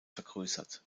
vergrößert